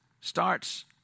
starts